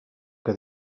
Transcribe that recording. que